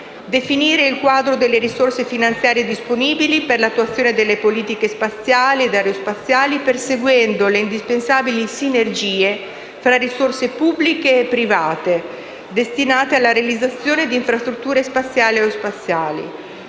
definire il quadro delle risorse finanziarie disponibili per l'attuazione delle politiche spaziali e aerospaziali, perseguendo le indispensabili sinergie fra risorse pubbliche e private destinate alla realizzazione di infrastrutture spaziali e aerospaziali.